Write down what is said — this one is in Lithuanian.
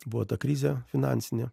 buvo ta krizė finansinė